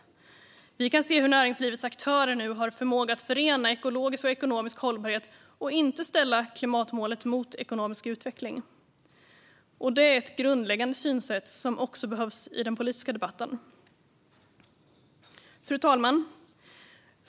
Vi kan se hur näringslivets aktörer nu har förmåga att förena ekologisk och ekonomisk hållbarhet och inte ställa klimatmålet mot ekonomisk utveckling. Det är ett grundläggande synsätt som också behövs i den politiska debatten. Fru talman!